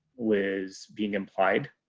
was being implied.